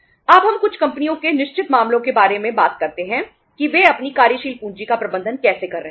अब हम कुछ कंपनियों के निश्चित मामलों के बारे में बात करते हैं कि वे अपनी कार्यशील पूंजी का प्रबंधन कैसे कर रहे हैं